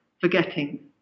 forgetting